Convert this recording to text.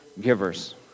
givers